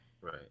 Right